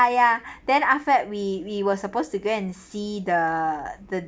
ya then after that we we were supposed to go and see the the